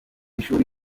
shuri